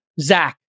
zach